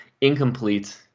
Incomplete